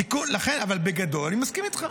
אבל בגדול, אני מסכים איתך.